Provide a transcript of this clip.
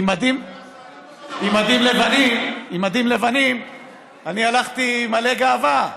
עם מדים לבנים, אני הלכתי מלא גאווה,